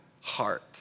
heart